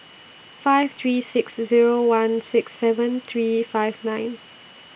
five three six Zero one six seven three five nine